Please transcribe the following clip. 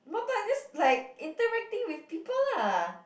no but this like interacting with people lah